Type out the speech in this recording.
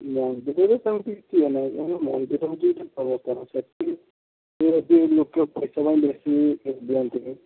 ମନ୍ଦିରରେ ସେମିତି କିଛି ଇଏ ନାହିଁ କାରଣ ମନ୍ଦିର ହେଉଛି ଏକ ଭଲ ସ୍ଥାନ ସେଠି କିଏ ଯଦି ଲୋକେ ପଇସା ପାଇଁ ବେଶୀ ଦିଅନ୍ତିନି